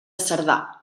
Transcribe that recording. cerdà